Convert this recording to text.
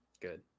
Good